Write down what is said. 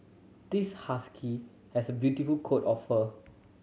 this husky has a beautiful coat of fur